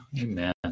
Amen